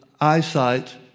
eyesight